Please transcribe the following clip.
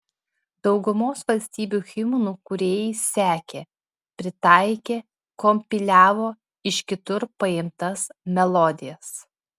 daugumos valstybių himnų kūrėjai sekė pritaikė kompiliavo iš kitur paimtas melodijas